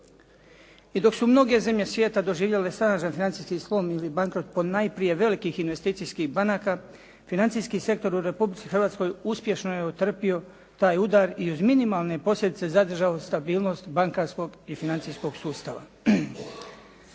I dok su mnoge zemlje svijeta doživjele snažan financijski slom ili bankrot po najprije velikih investicijskih banaka, financijski sektor u Republici Hrvatskoj uspješno je otrpio taj udar i uz minimalne posljedice zadržao stabilnost bankarskog i financijskog sustava.